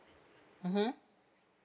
mmhmm